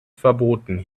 verboten